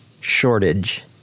shortage